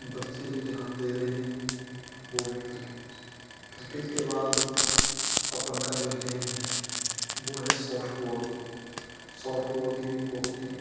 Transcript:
बच्चे जो ध्यान दे रहें हैं वो हैं क्रिकेट क्रिकेट के बाद अपन का जो गेम है वह है सॉफ्टवॉल सॉफ्टवॉल की बहुत ही